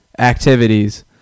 activities